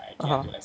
(uh huh)